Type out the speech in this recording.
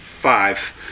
five